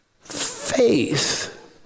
faith